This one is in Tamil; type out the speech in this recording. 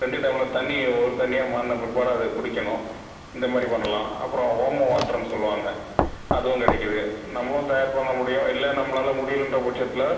ரெண்டு டம்ளர் தண்ணியை ஒரு தண்ணியாக மாறின பிற்பாடு அதை குடிக்கணும் இந்த மாதிரி பண்ணலாம் அப்புறம் ஓம வட்டர்னு சொல்வாங்க அதுவும் கிடைக்குது நம்மளும் தயார் பண்ண முடியும் இல்லை நம்மளால் முடியலன்ற பட்சத்தில்